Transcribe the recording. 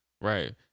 Right